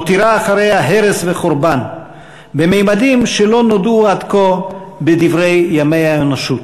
מותירה אחריה הרס וחורבן בממדים שלא נודעו עד כה בדברי ימי האנושות.